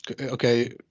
Okay